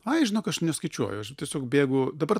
ai žinok aš neskaičiuoju aš tiesiog bėgu dabar